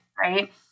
Right